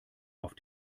auf